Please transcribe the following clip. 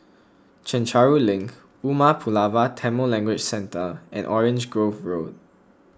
Chencharu Link Umar Pulavar Tamil Language Centre and Orange Grove Road